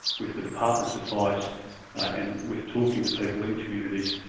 with the department's advice and with talking to people in communities,